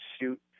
shoot